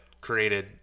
created